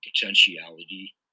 potentiality